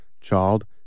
child